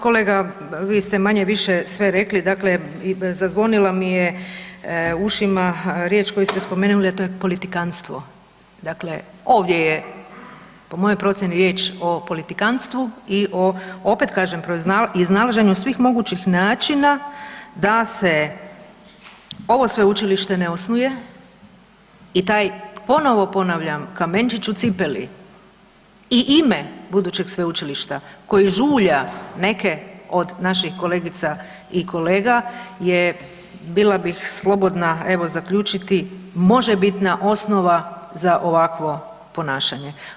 Kolega, vi ste manje-više sve rekli, dakle zazvonila mi je u ušima riječ koju ste spomenuli, a to je politikanstvo, dakle ovdje je po mojoj procijeni riječ o politikanstvu i o opet kažem iznalaženju svih mogućih načina da se ovo sveučilište ne osnuje i taj, ponovo ponavljam, kamenčić u cipeli i ime budućeg sveučilišta koji žulja neke od naših kolegica i kolega je, bila bih slobodna evo zaključiti možebitna osnova za ovakvo ponašanje.